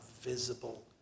visible